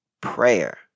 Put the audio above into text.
Prayer